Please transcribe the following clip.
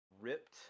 ripped